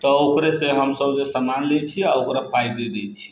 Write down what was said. तऽ ओकरेसँ जे हमसब सामान लै छी आओर ओकरा पाइ दे देइ छी